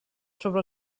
sobre